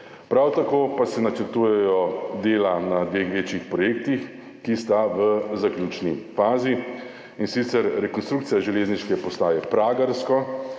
Prav tako pa se načrtujejo dela na dveh večjih projektih, ki sta v zaključni fazi, in sicer rekonstrukcija železniške postaje Pragersko